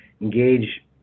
engage